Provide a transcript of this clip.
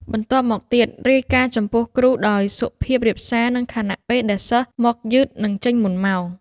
បន្ទាប់មកទៀតការរាយការណ៍ចំពោះគ្រូ ដោយសុភាពរាបសារ នៅខណៈពេលដែលសិស្សមកយឺតនិងចេញមុនម៉ោង។